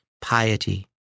piety